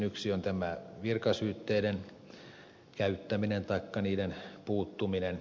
yksi on tämä virkasyytteiden käyttäminen taikka niiden puuttuminen